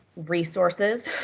resources